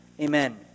Amen